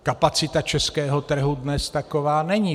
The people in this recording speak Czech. Kapacita českého trhu dnes taková není.